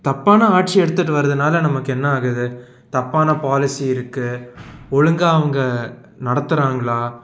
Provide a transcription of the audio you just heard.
தப்பான ஆட்சியை எடுத்துகிட்டு வரதுனால நமக்கு என்ன ஆகுது தப்பான பாலிசி இருக்கு ஒழுங்காக அவங்க நடத்துறாங்களா